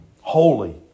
holy